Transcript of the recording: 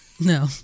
no